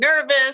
nervous